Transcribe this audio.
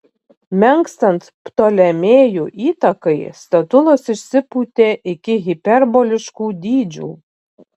menkstant ptolemėjų įtakai statulos išsipūtė iki hiperboliškų dydžių